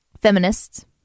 Feminists